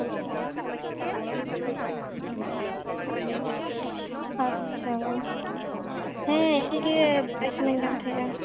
ᱟᱪᱪᱷᱟ ᱦᱮᱸ ᱤᱱᱟᱹᱜᱮ ᱵᱟᱰᱟᱭ ᱥᱟᱱᱟᱧ ᱠᱟᱱ ᱛᱟᱦᱮᱸᱱᱟ